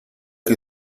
que